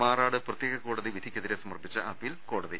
മാറാട് പ്രത്യേക കോടതി വിധിക്കെതിരെ സമർപ്പിച്ച അപ്പീൽ കോടതി തള്ളി